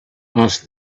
asked